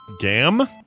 Gam